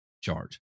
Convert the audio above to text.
charge